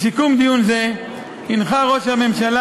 בסיכום דיון זה הנחה ראש הממשלה,